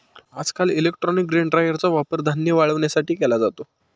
आजकाल electronic grain ड्रायरचा वापर धान्य वाळवण्यासाठी केला जातो